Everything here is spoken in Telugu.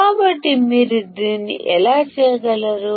కాబట్టి మీరు దీన్ని ఎలా చేయగలరు